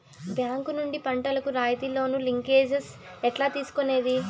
Bank నుండి పంటలు కు రాయితీ లోను, లింకేజస్ ఎట్లా తీసుకొనేది?